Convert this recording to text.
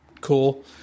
Cool